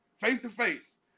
Face-to-face